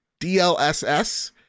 DLSS